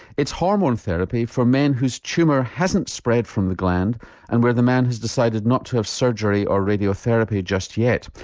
it's hormone therapy for men whose tumour hasn't spread from the gland and where the man has decided not to have surgery or radiotherapy just yet.